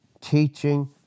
teaching